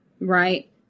right